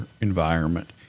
environment